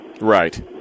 Right